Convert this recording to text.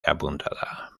apuntada